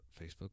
Facebook